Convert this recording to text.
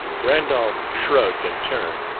randolph shrugged in turn,